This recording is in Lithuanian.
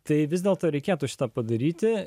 tai vis dėlto reikėtų šį tą padaryti